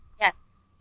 Yes